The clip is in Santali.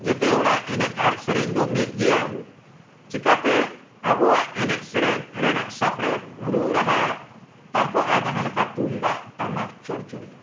ᱡᱷᱚᱛᱚ ᱦᱚᱲᱟᱜ ᱮᱱᱮᱡ ᱟᱨ ᱥᱮᱨᱮᱧ ᱫᱚ ᱢᱤᱫ ᱜᱮᱭᱟ ᱪᱤᱠᱟᱹᱛᱮ ᱟᱵᱚᱣᱟᱜ ᱮᱱᱮᱡ ᱥᱮᱨᱮᱧ ᱨᱮᱱᱟᱜ ᱥᱟᱯᱲᱮᱫ ᱨᱩ ᱨᱟᱦᱟ ᱛᱟᱨᱠᱚᱜᱼᱟ ᱡᱟᱦᱟᱸ ᱞᱮᱠᱟ ᱛᱩᱢᱫᱟᱜ ᱴᱟᱢᱟᱠ ᱪᱚᱲᱪᱚᱲᱤ